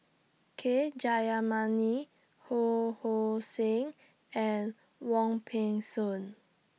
K Jayamani Ho Hong Sing and Wong Peng Soon